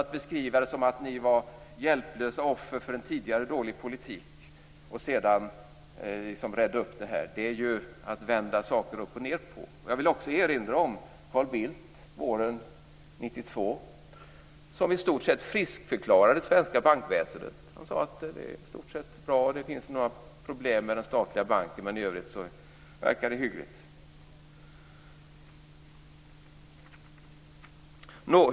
Att beskriva det som att den borgerliga regeringen var ett hjälplöst offer för en tidigare dålig politik och sedan redde upp det hela är att vända saker upp och ned. Jag vill också erinra om Carl Bildt, som under våren 1992 i stort sett friskförklarade det svenska bankväsendet. Han sade att det var bra; att det fanns några problem med den statliga banken men att det i övrigt verkade hyggligt.